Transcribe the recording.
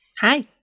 Hi